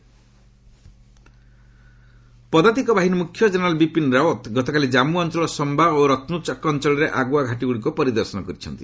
army chief ପଦାତିକ ବାହିନୀ ମୁଖ୍ୟ ଜେନେରାଲ୍ ବିପିନ୍ ରାଓ୍ୱତ୍ ଗତକାଲି ଜାମ୍ମୁ ଅଞ୍ଚଳର ସମ୍ଭା ଓ ରତ୍ନଚକ୍ ଅଞ୍ଚଳରେ ଆଗୁଆ ଘାଟିଗୁଡ଼ିକୁ ପରିଦର୍ଶନ କରିଛନ୍ତି